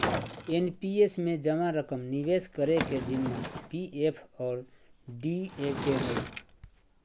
NPS में जमा रकम निवेश करे के जिम्मा पी.एफ और डी.ए के हइ